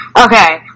okay